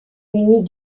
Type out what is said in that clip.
munis